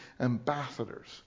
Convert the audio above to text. ambassadors